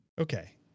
Okay